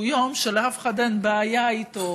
שהוא יום שלאף אחד אין בעיה איתו,